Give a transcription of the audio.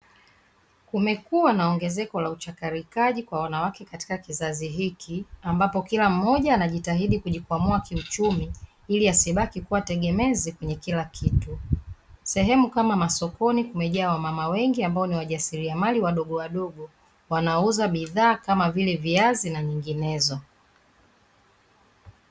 Kumekuwa na ongezeko la uchakarakaji kwa wanawake katika kizazi hiki ambapo kila mmoja anajitahidi kujikwamua kiuchumi ili asibaki kuwa tegemezi kwenye kila kitu. Sehemu kama masokoni kumejaa wamama wengi ambao ni wajasiriamali wadogo wadogo wanaouza bidhaa kama vile viazi na nyinginezo.